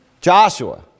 Joshua